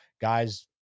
guys